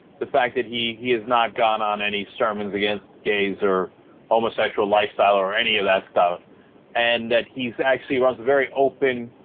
the fact that he he has not gone on any sermons against gays are homosexual lifestyle or any of that stuff and that he's actually was very open